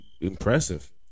impressive